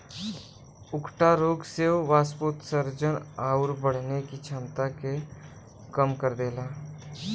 उकठा रोग से वाष्पोत्सर्जन आउर बढ़ने की छमता के कम कर देला